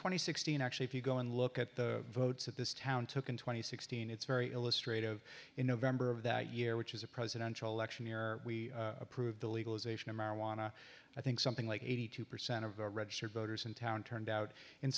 and sixteen actually if you go and look at the votes at this town took in two thousand and sixteen it's very illustrated of in november of that year which is a presidential election year we approve the legalization of marijuana i think something like eighty two percent of the registered voters in town turned out in